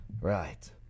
Right